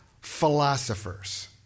philosophers